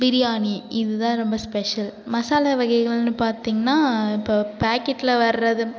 பிரியாணி இது தான் ரொம்ப ஸ்பெஷல் மசாலா வகைகள்னு பார்த்திங்கனா இப்போ பேக்கெட்டில் வர்றது